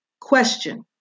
Question